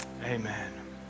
Amen